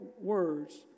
words